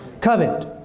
covet